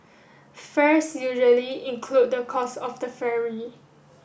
fares usually include the cost of the ferry